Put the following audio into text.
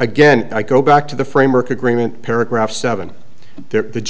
again i go back to the framework agreement paragraph seven the